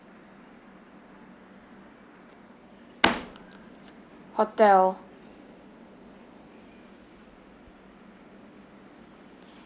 yup hotel